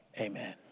Amen